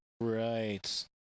right